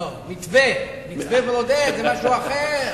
לא, מתווה, מתווה ברודט, זה משהו אחר.